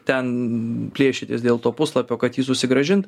ten plėšytis dėl to puslapio kad jį susigrąžint